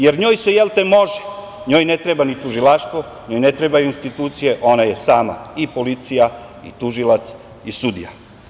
Jer, njoj se jel te može, njoj ne treba tužilaštvo, njoj ne trebaju institucije, ona je sama i policija i tužilac i sudija.